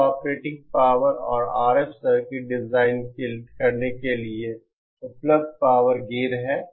यह operating power और RF circuit design करने के लिए उपलब्ध पावर गेन है